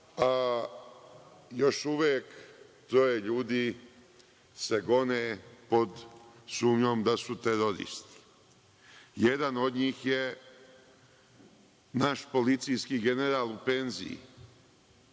još uvek troje ljudi se gone pod sumnjom da su teroristi. Jedan od njih je naš policijski general u penziji.